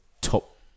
top